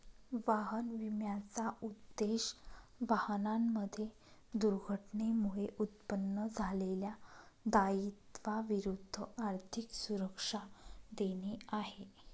वाहन विम्याचा उद्देश, वाहनांमध्ये दुर्घटनेमुळे उत्पन्न झालेल्या दायित्वा विरुद्ध आर्थिक सुरक्षा देणे आहे